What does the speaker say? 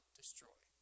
destroy